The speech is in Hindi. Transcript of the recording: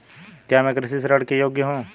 क्या मैं कृषि ऋण के योग्य हूँ?